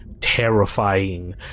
terrifying